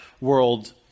world